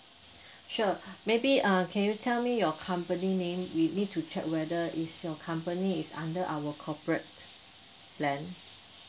sure maybe err can you tell me your company name we need to check whether is your company is under our corporate plan